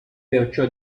perciò